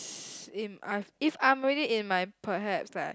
if if I am really in my perhaps like